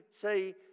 say